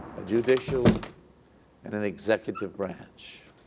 a judicial and an executive branch.